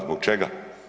Zbog čega?